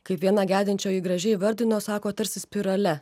kaip viena gedinčioji gražiai įvardino sako tarsi spirale